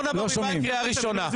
אורנה ברביבאי, קריאה ראשונה.